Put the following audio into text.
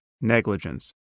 negligence